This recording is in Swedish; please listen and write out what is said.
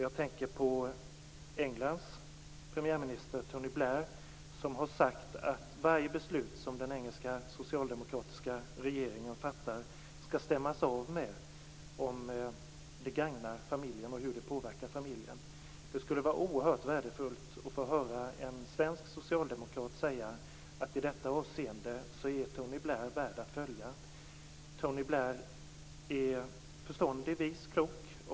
Jag tänker också på Englands premiärminister Tony Blair som har sagt att varje beslut som den engelska socialdemokratiska regeringen fattar skall stämmas av för att se om det gagnar familjen och hur det påverkar familjen. Det skulle vara oerhört värdefullt att få höra en svensk socialdemokrat säga att i detta avseende är Tony Blair värd att följa. Tony Blair är förståndig, vis och klok.